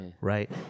Right